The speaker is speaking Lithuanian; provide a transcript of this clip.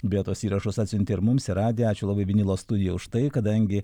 beje tuos įrašus atsiuntė ir mums į radiją ačiū labai vinilo studijai už tai kadangi